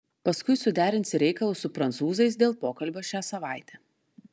paskui suderinsi reikalus su prancūzais dėl pokalbio šią savaitę